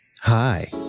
Hi